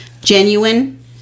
genuine